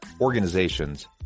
organizations